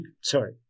sorry